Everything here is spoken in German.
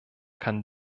kann